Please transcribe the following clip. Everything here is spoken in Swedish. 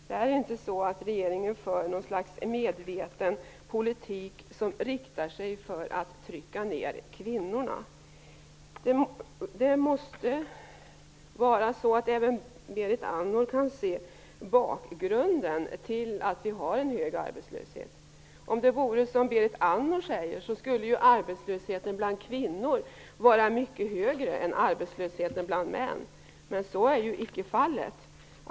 Regeringen för inte någon slags medveten politik som syftar till att trycka ned kvinnorna. Även Berit Andnor måste kunna se bakgrunden till att vi har en hög arbetslöshet. Om det vore som Berit Andnor säger, skulle arbetslösheten bland kvinnor vara mycket högre än arbetslösheten bland män. Men så är icke fallet.